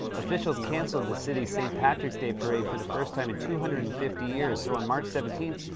officials canceled the city's st. patrick's day parade for the first time in two hundred and fifty years, so, on march seventeenth,